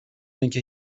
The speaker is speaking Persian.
اینکه